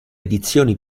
edizioni